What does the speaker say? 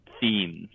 themes